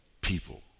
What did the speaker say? people